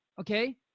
okay